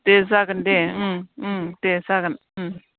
दे जागोन दे उम उम दे जागोन उम